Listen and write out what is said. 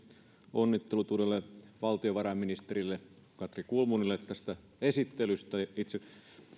onnittelut uudelle valtiovarainministerille katri kulmunille tästä esittelystä itse esitys